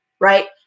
right